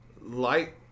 light